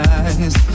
eyes